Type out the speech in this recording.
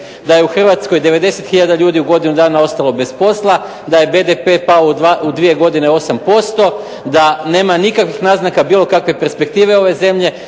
da je u Hrvatskoj 90 tisuća ljudi u godinu dana ostalo bez posla, da je BDP pao u 2 godine 8%, da nema nikakvih naznaka bilo kakve perspektive ove zemlje,